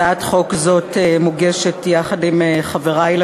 אנחנו עוברים לדיון והצבעה בהצעת חוק לתיקון פקודת בריאות